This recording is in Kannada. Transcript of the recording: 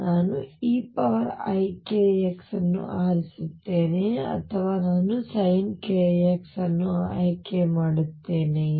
ನಾನು eikx ಅನ್ನು ಆರಿಸುತ್ತೇನೆಯೇ ಅಥವಾ ನಾನು sin kx ಅನ್ನು ಆಯ್ಕೆ ಮಾಡುತ್ತೇನೆಯೇ